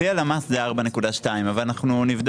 לפי הלמ"ס זה 4.2% ממאי למאי, אבל אנחנו נבדוק.